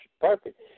perfect